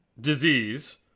disease